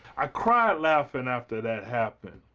i cried laughing after that happen.